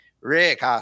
Rick